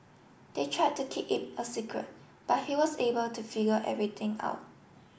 they tried to keep it a secret but he was able to figure everything out